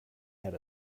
had